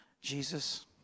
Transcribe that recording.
Jesus